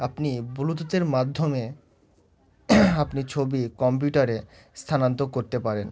আপনি ব্লুটুথের মাধ্যমে আপনি ছবি কম্পিউটারে স্থানান্তর করতে পারেন